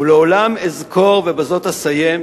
ולעולם אזכור, ובזאת אסיים,